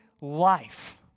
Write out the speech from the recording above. life